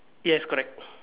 yes correct